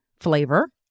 flavor